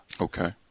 Okay